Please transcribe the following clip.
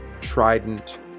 trident